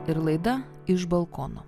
ir laida iš balkono